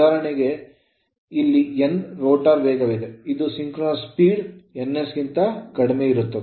ಮತ್ತು ಇಲ್ಲಿ 'n' rotor rotor ವೇಗವಿದೆ ಇದು ಸಿಂಕ್ರೋನಸ್ ಸ್ಪೀಡ್ ns ಗಿಂತ ಕಡಿಮೆ ಇರುತ್ತದೆ